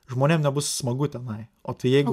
žmonėm nebus smagu tenai o jeigu